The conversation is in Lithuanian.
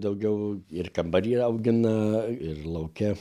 daugiau ir kambary augina ir lauke